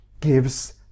gives